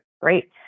great